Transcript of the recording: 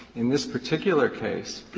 in this particular case,